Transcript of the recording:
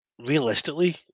Realistically